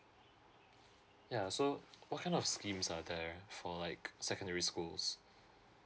ya so what kind of schemes are there for like secondary schools